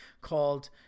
called